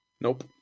Nope